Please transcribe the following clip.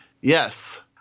Yes